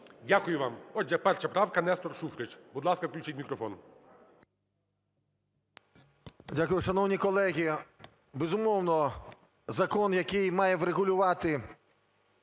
Дякую вам. Отже, 1 правка, Нестор Шуфрич. Будь ласка, включіть мікрофон.